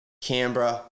Canberra